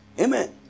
Amen